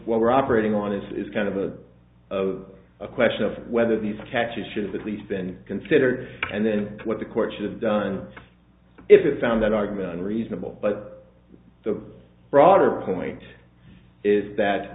what we're operating on is is kind of a of a question of whether these catches should at least been considered and then what the court should have done if it found that argument and reasonable but the broader point is that